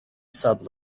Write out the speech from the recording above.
sub